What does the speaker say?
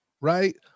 right